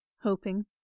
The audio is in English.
hoping